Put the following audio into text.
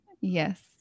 yes